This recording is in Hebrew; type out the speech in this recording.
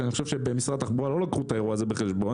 אני חושב שבמשרד התחבורה לא לקחו את האירוע הזה בחשבון.